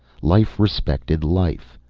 life respected life.